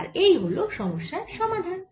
আর এই হল সমস্যার সমাধান